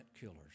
killers